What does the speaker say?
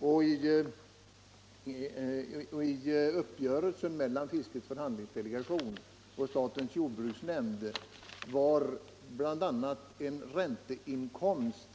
I uppgörelsen mellan fiskets förhandlingsdelegation och statens jordbruksnämnd hade inräknats en ränteinkomst,